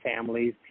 families